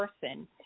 person